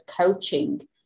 coaching